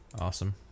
Awesome